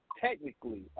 technically